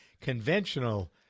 conventional